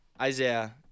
Isaiah